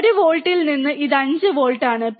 ഒരു വോൾട്ടിൽ നിന്ന് ഇത് 5 വോൾട്ട് ആണ്